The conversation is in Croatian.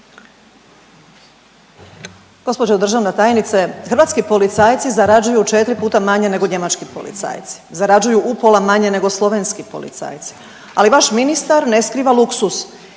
Gospođo državna tajnice hrvatski policajci zarađuju 4 puta manje nego njemački policajci, zarađuju upola manje nego slovenski policajci, ali vaš ministar ne skriva luksuz